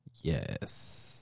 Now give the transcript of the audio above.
Yes